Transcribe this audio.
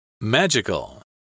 Magical